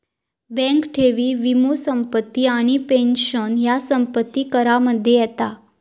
bank ठेवी, वीमो, संपत्ती आणि पेंशन ह्या संपत्ती करामध्ये येता